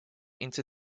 into